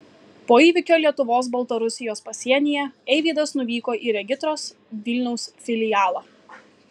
po įvykio lietuvos baltarusijos pasienyje eivydas nuvyko į regitros vilniaus filialą